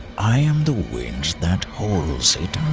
i am the wind that holds it